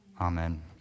Amen